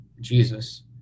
Jesus